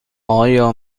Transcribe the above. آیا